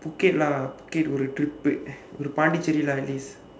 phuket lah phuket ஒரு:oru trip ஒரு:oru pondicherry lah at least